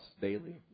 daily